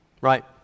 Right